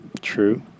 True